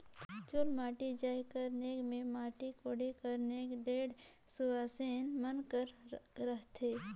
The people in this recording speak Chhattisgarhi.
चुलमाटी जाए कर नेग मे माटी कोड़े कर नेग ढेढ़ा सुवासेन मन कर रहथे